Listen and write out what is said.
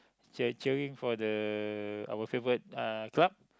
cheer cheering for the our favorite uh club